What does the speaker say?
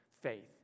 faith